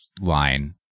line